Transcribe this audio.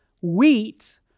wheat